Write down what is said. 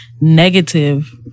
negative